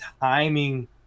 timing